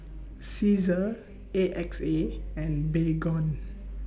Cesar A X A and Baygon